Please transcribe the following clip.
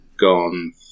gone